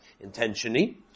intentionally